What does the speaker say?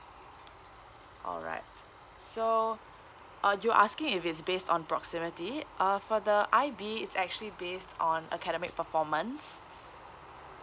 alright so uh you're asking if it's based on proximity uh for the I_B it's actually based on academic performance